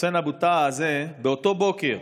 חוסיין אבו טעאה הזה באותו בוקר